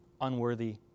unworthy